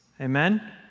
Amen